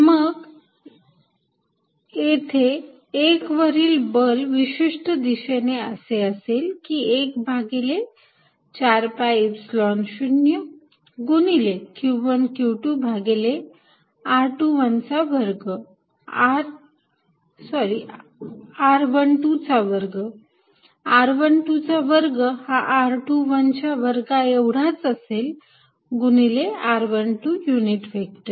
मग येते १ वरील बल विशिष्ट दिशेने असे असेल की ०१ भागिले ४ पाय एपसिलोन ० गुणिले q१ q२ भागिले r१२ चा वर्ग r१२ चा वर्ग हा r२१ च्या वर्गा एवढाच असेल गुणिले r१२ युनिट व्हेक्टर